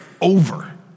over